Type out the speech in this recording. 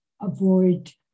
avoid